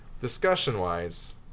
discussion-wise